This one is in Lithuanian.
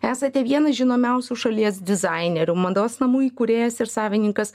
esate vienas žinomiausių šalies dizainerių mados namų įkūrėjas ir savininkas